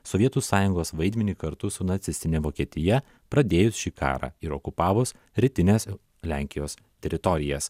sovietų sąjungos vaidmenį kartu su nacistine vokietija pradėjus šį karą ir okupavus rytines lenkijos teritorijas